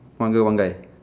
one girl one guy